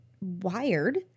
wired